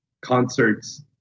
concerts